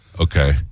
Okay